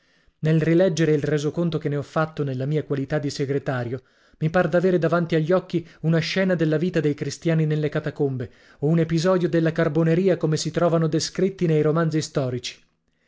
nel rileggere il resoconto che ne ho fatto nella mia qualità di segretario mi par d'avere davanti agli occhi una scena della vita dei cristiani nelle catacombe o un episodio della carboneria come si trovano descritti nei romanzi storici